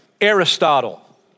Aristotle